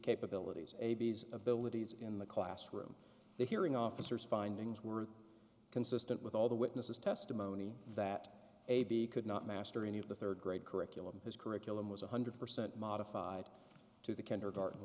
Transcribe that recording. capabilities ab's abilities in the classroom the hearing officers findings were consistent with all the witnesses testimony that a b could not master any of the rd grade curriculum his curriculum was one hundred percent modified to the kindergarten